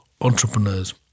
entrepreneurs